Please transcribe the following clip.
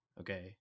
Okay